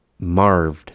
Marved